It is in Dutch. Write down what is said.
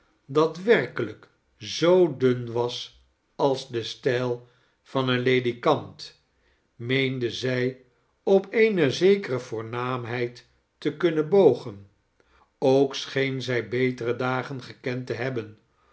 dat werkelijk zoo dun was als de stijl van een ledikant meende zij op eene zekere voornaamhedd te kunnen bogen ook scheen zij betere dagen gekend te hebben